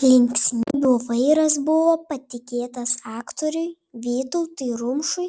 linksmybių vairas buvo patikėtas aktoriui vytautui rumšui